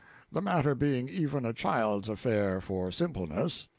the matter being even a child's affair for simpleness.